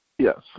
Yes